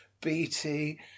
bt